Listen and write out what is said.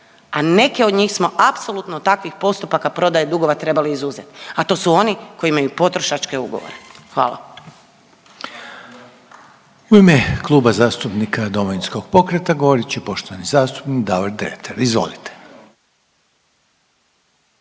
a neke od njih smo apsolutno takvih postupaka prodaje dugova trebali izuzeti, a to su oni koji imaju potrošačke ugovore. Hvala. **Reiner, Željko (HDZ)** U ime Kluba zastupnika Domovinskog pokreta govorit će poštovani zastupnik Davor Dretar. Izvolite.